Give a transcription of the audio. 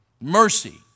Mercy